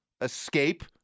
escape